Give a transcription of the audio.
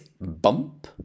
bump